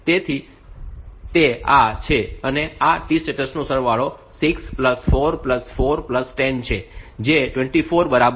તેથી તે આ છે અને આ T સ્ટેટ્સનો સરવાળો 6 4 4 10 છે જે 24 ની બરાબર છે